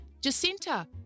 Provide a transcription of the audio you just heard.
Jacinta